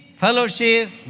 fellowship